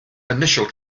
initial